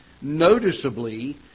noticeably